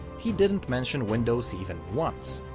he didn't mention windows even once.